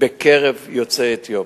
בקרב יוצאי אתיופיה,